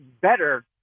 better